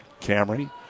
Camry